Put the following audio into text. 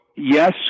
Yes